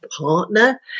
partner